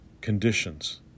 conditions